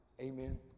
Amen